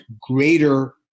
greater